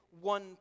one